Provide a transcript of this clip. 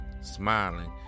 Smiling